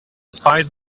spies